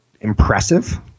impressive